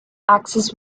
axis